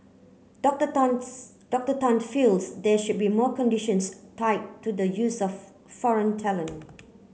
Doctor Tans Doctor Tan feels there should more conditions tied to the use of foreign talent